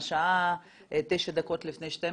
השעה תשע דקות לפני 12:00,